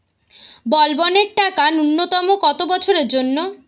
বলবনের টাকা ন্যূনতম কত বছরের জন্য?